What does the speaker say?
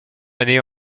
année